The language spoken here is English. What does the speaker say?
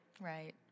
right